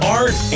art